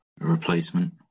replacement